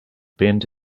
bend